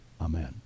Amen